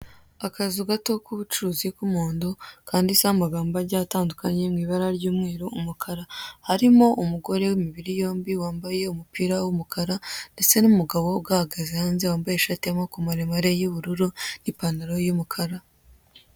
Akazu gato k'ubucuruzi k'umuhondo kanditseho amagambo agiye atandukanye mu ibara ry'umweru, umukara harimo umugore w'imibiri yombi wambaye umupira w'umukara ndetse n'umugabo ugahagaze hanze wambaye ishati y'amaboko maremare y'ubururu n'ipantaro y'umukara.